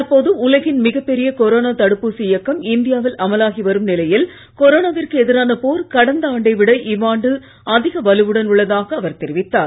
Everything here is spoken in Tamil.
தற்போது உலகின் மிகப்பெரிய கொரோனா இயக்கம் இந்தியாவில் அமலாகி வரும் நிலையில் தடுப்பூசி கொரோனாவிற்கு எதிரான போர் கடந்த ஆண்டை விட இவ்வாண்டு அதிக வலுவுடன் உள்ளதாக அவர் தெரிவித்தார்